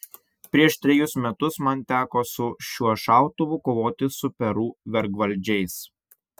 prieš trejus metus man teko su šiuo šautuvu kovoti su peru vergvaldžiais